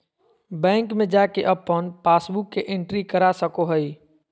bank में जाके अपन पासबुक के एंट्री करा सको हइ